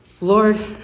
Lord